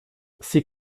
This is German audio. sie